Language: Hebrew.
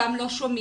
אותם לא שומעים,